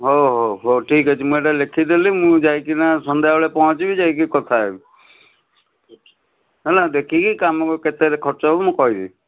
ହଉ ହଉ ହଉ ଠିକ୍ ଅଛି ମୁଁ ଏଇଟା ଲେଖି ଦେଲି ମୁଁ ଯାଇକିନା ସନ୍ଧ୍ୟା ବେଳେ ପହଞ୍ଚିବି ଯାଇକି କଥା ହେବି ହେଲା ଦେଖିକି କାମ କେତେରେ ଖର୍ଚ୍ଚ ହେବ ମୁଁ କହିବି